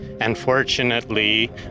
Unfortunately